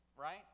right